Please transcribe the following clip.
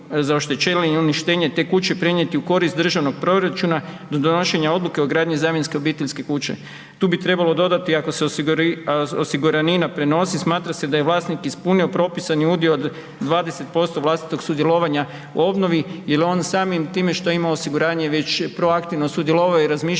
za oštećenje i uništenje te kuće prenijeti u korist državnog proračuna do donošenja odluke o gradnji zamjenske obiteljske kuće. Tu bi trebalo dodati ako se osiguranina prenosi smatra se da je vlasnik ispunio propisani udio od 20% vlastitog sudjelovanja u obnovi jel onim samim time što je imao osiguranje već proaktivno sudjelovao je i razmišljao